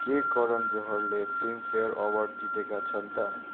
के करण जौहरले Filmfare award जितेका छन् त